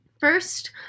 First